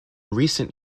recent